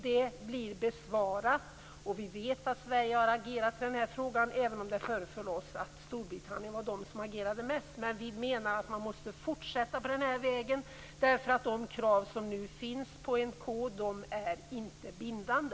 Det blir besvarat och vi vet att Sverige har agerat för den här frågan, även om det föreföll oss att Storbritannien var det land som agerade mest. Men vi menar att man måste fortsätta på den här vägen, därför att de krav som nu finns i en kod inte är bindande.